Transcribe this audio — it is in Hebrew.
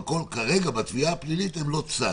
אבל כרגע, בתביעה הפלילית הם לא צד.